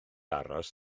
aros